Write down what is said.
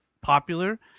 popular